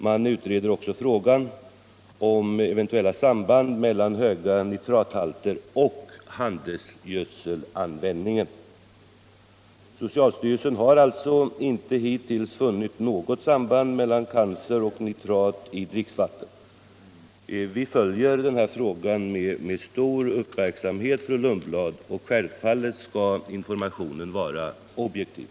Man utreder också frågan om eventuellt samband mellan högvärdiga nitrathalter och handelsgödselanvändningen. Socialstyrelsen har alltså hittills inte funnit något samband mellan cancer och nitrat i dricksvatten. Vi följer i departementet denna fråga med stor uppmärksamhet, fru Lundblad. Självfallet skall informationen vara objektiv.